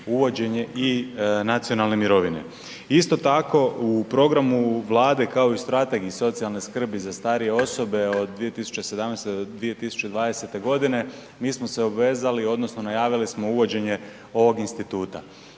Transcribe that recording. uvođenje i nacionalne mirovine. Isto tako, u programu Vlade kao i u strategiji socijalne skrbi za starije od 2017.-2020. g., mi smo se obvezali odnosno najavili smo uvođenje ovog instituta.